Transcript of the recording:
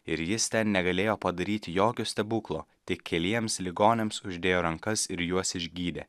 ir jis negalėjo padaryti jokio stebuklo tik keliems ligoniams uždėjo rankas ir juos išgydė